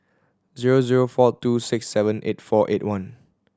zero zero four two six seven eight four eight one